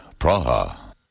Praha